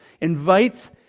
invites